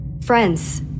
Friends